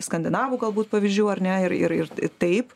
skandinavų galbūt pavyzdžių ar ne ir ir ir taip